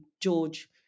George